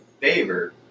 favor